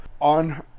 on